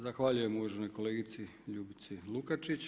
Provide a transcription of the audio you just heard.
Zahvaljujem uvaženoj kolegici Ljubici Lukačić.